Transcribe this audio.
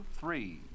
three